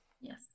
Yes